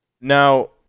Now